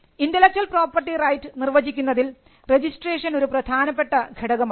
intellectual property right നിർവചിക്കുന്നതിൽ registration ഒരു പ്രധാനപ്പെട്ട ഘടകമാണ്